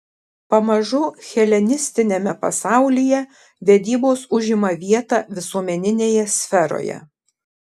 pamažu helenistiniame pasaulyje vedybos užima vietą visuomeninėje sferoje